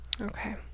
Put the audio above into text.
Okay